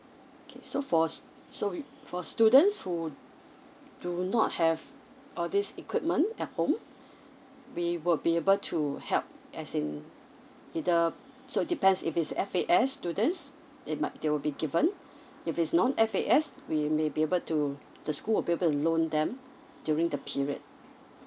okay so for so for students who do not have all this equipment at home we will be able to help as in either so depends if ist' F_A_S students it might they will be given if it's non F_A_S we may be able to the school will be able to loan them during the period